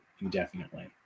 indefinitely